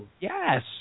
Yes